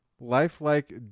lifelike